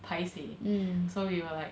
paiseh so we will like